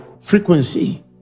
frequency